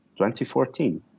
2014